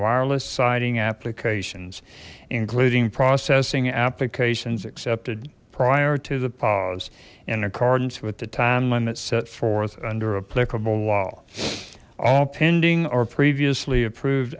wireless sighting applications including processing applications accepted prior to the pause in accordance with the time limits set forth under applicable law all pending or previously approved